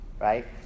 right